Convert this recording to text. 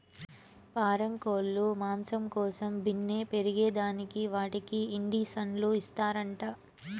పారం కోల్లు మాంసం కోసం బిన్నే పెరగేదానికి వాటికి ఇండీసన్లు ఇస్తారంట